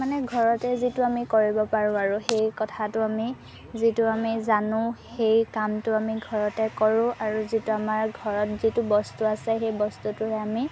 মানে ঘৰতে যিটো আমি কৰিব পাৰোঁ আৰু সেই কথাটো আমি যিটো আমি জানোঁ সেই কামটো আমি ঘৰতে কৰোঁ আৰু যিটো আমাৰ ঘৰত যিটো বস্তু আছে সেই বস্তুটোহে আমি